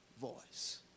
voice